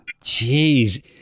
Jeez